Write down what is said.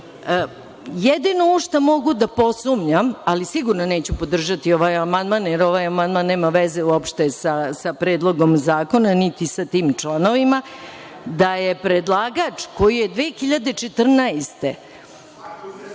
jedino u šta mogu da posumnjam, ali sigurno neću podržati ovaj amandman, jer ovaj amandman nema veze uopšte sa predlogom zakona, niti sa tim članovima, da je predlagač koji je 2014.